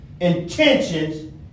intentions